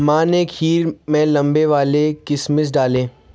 माँ ने खीर में लंबे वाले किशमिश डाले